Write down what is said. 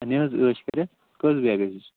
نہِ حظ عٲش کٔرِتھ کٔژ بیگ